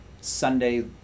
Sunday